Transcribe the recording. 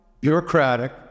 Bureaucratic